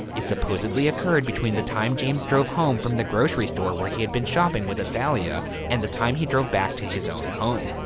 it supposedly occurred between the time james drove home from the grocery store where he had been shopping with athalia and the time he drove back to his own home.